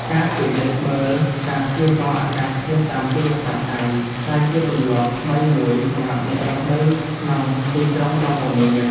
ការពិនិត្យមើលការព្យាករណ៍អាកាសធាតុតាមទូរស័ព្ទដៃក្លាយជាទម្លាប់ថ្មីមួយសម្រាប់អ្នករស់នៅក្នុងទីក្រុងដ៏មមាញឹក។